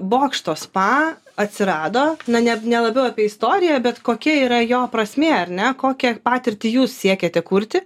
bokšto spa atsirado na ne ne labiau apie istoriją bet kokia yra jo prasmė ar ne kokią patirtį jūs siekiate kurti